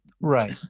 right